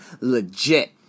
legit